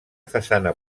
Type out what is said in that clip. façana